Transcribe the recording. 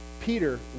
Peter